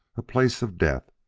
a place of death,